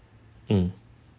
mm